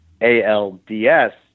ALDS